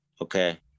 Okay